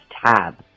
tab